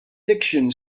fiction